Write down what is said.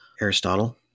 Aristotle